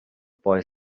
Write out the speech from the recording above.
boy